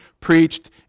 preached